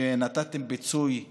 נתתם פיצוי לאילת,